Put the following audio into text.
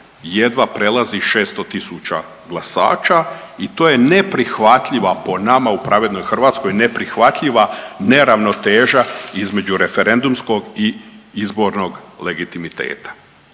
jedva prelazi 600 000 glasača i to je neprihvatljiva po nama u Pravednoj Hrvatskoj neprihvatljiva neravnoteža između referendumskog i izbornog legitimiteta.